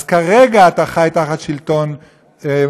אז כרגע אתה חי תחת שלטון סובייטי,